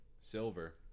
Silver